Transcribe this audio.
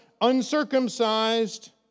uncircumcised